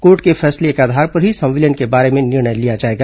court के फैसले के आधार पर ही संविलियन के बारे में निर्णय लिया जाएगा